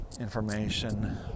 information